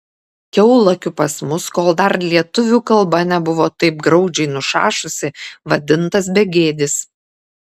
kiaulakiu pas mus kol dar lietuvių kalba nebuvo taip graudžiai nušašusi vadintas begėdis